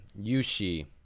yushi